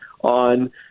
on